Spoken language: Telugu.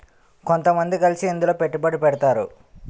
కొంతమంది కలిసి ఇందులో పెట్టుబడి పెడతారు